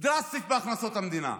דרסטית בהכנסות המדינה.